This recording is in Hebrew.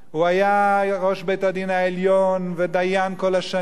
הוא היה ראש בית-הדין העליון ודיין כל השנים,